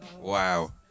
Wow